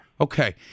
Okay